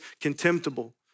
contemptible